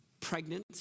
pregnant